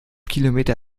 kilometer